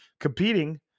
competing